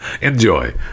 enjoy